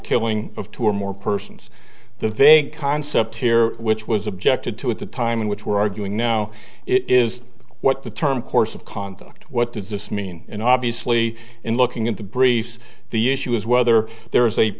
killing of two or more persons the vague concept here which was objected to at the time in which we're arguing now it is what the term course of conduct what does this mean and obviously in looking into briefs the issue is whether there is a